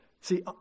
See